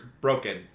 broken